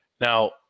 now